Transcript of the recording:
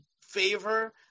favor